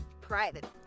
private